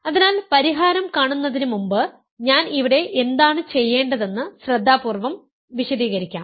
അതിനാൽ പരിഹാരം കാണുന്നതിന് മുമ്പ് ഞാൻ ഇവിടെ എന്താണ് ചെയ്യേണ്ടതെന്ന് ശ്രദ്ധാപൂർവ്വം വിശദീകരിക്കാം